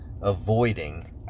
avoiding